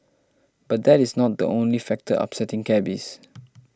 but that is not the only factor upsetting cabbies